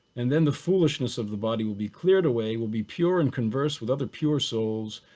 and then the foolishness of the body will be cleared away. we'll be pure and converse with other pure souls.